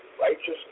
righteous